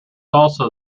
also